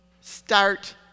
start